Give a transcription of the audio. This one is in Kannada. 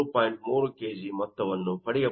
3 kg ಮೊತ್ತವನ್ನು ಪಡೆಯಬಹುದು